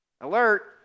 Alert